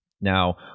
Now